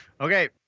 Okay